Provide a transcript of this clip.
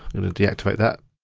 and deactivate that.